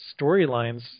storylines